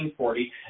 1940